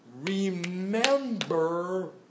remember